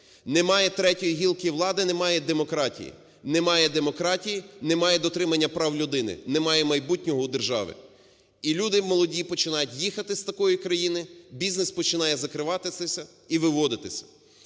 Не має третьої гілки влади – немає демократії. Немає демократії – немає дотримання прав людини, немає майбутнього у держави. І люди молоді починають їхати з такої країни, бізнес починає закриватися і виводитися.